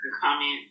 comment